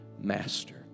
Master